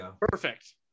Perfect